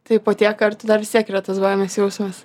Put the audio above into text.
taip po tiek kartų dar vis tiek yra tas baimės jausmas